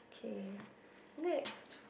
okay next